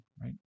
right